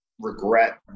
regret